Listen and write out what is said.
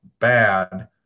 bad